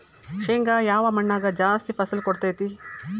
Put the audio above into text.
ಶೇಂಗಾ ಯಾವ ಮಣ್ಣಾಗ ಜಾಸ್ತಿ ಫಸಲು ಕೊಡುತೈತಿ?